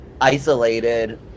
isolated